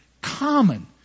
common